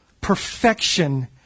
perfection